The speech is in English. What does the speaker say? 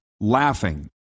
laughing